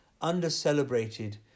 under-celebrated